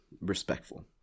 Respectful